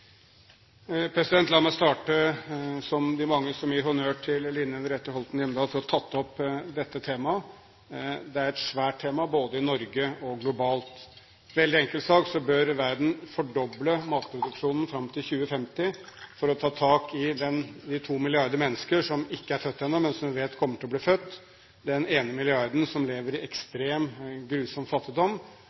La meg starte – som så mange andre – med å gi honnør til Line Henriette Hjemdal for å ha tatt opp dette temaet. Det er et svært tema både i Norge og globalt. Veldig enkelt sagt: Verden bør fordoble matproduksjonen fram til 2050 for å ta tak i de to milliarder mennesker som ikke er født enda, men som vi vet kommer til å bli født. Den ene milliarden som lever i ekstrem, grusom fattigdom,